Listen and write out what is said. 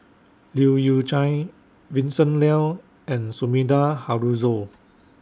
Leu Yew Chye Vincent Leow and Sumida Haruzo